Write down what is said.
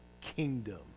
kingdom